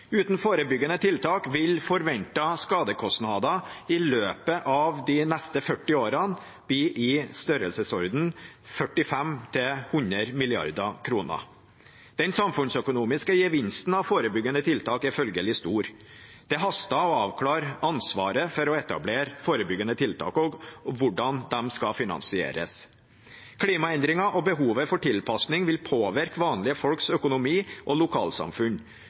Uten forebyggende tiltak vil forventede skadekostnader i løpet av de neste 40 årene bli i størrelsesordenen 45–100 mrd. kr. Den samfunnsøkonomiske gevinsten av forebyggende tiltak er følgelig stor. Det haster å avklare ansvaret for å etablere forebyggende tiltak, og hvordan de skal finansieres. Klimaendringer og behovet for tilpasning vil påvirke vanlige folks økonomi, lokalsamfunn og